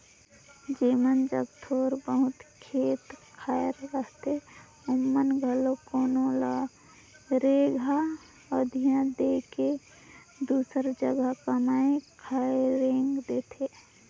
जेमन जग थोर बहुत खेत खाएर रहथे ओमन घलो कोनो ल रेगहा अधिया दे के दूसर जगहा कमाए खाए रेंग देथे